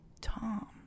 Tom